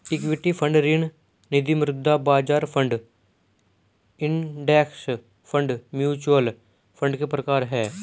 equity fund ऋण निधिमुद्रा बाजार fund index fund mutual fund के प्रकार हैं